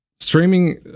Streaming